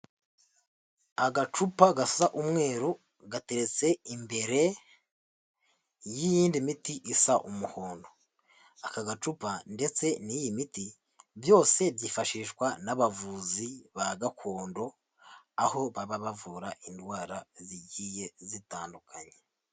Agacupa gasa umweru gateretse imbere y'iy'indi miti isa umuhondo, aka gacupa ndetse n'iyi miti byose byifashishwa n'abavuzi ba gakondo, aho baba bavura indwara zigiye zitandukanye.